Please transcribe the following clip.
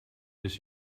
this